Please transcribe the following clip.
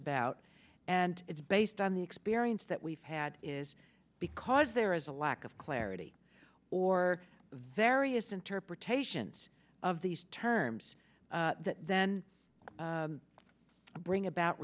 about and it's based on the experience that we've had is because there is a lack of clarity or various interpretations of these terms then bring about